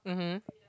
mmhmm